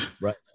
right